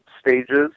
stages